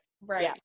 right